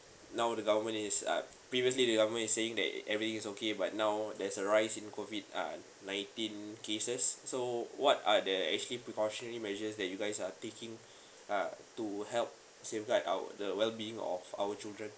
now the government is uh previously the government is saying that everything is okay but now there's a rise in COVID uh nineteen cases so what are the actually precautionary measures that you guys are taking uh to help safeguard uh the well being of our children